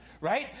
Right